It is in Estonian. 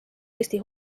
eesti